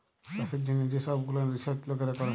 চাষের জ্যনহ যে সহব গুলান রিসাচ লকেরা ক্যরে